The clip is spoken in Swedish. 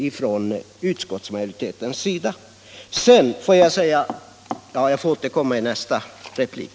Jag får återkomma ytterligare till herr Holmqvist i min nästa replik.